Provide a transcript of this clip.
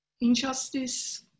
injustice